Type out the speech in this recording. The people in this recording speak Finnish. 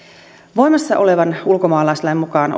voimassa olevan ulkomaalaislain mukaan